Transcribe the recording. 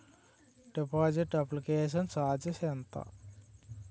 Deposit application charges ఎంత?